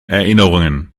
erinnerungen